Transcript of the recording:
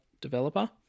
developer